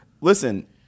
Listen